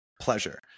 pleasure